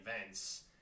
events